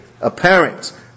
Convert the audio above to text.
apparent